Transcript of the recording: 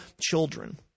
children